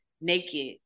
naked